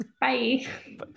bye